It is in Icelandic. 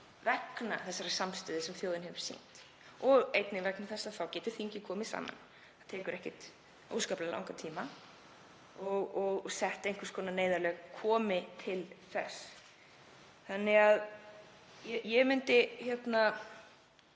vegna þeirrar samstöðu sem þjóðin hefur sýnt og einnig vegna þess að þá getur þingið komið saman — það tekur ekkert óskaplega langan tíma — og sett einhvers konar neyðarlög, komi til þess. Ég myndi því